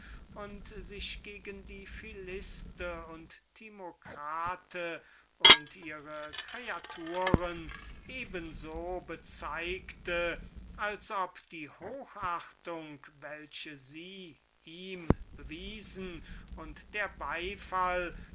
und sich gegen die philiste und timocrate und ihre kreaturen eben so bezeugte als ob die hochachtung welche sie ihm bewiesen und der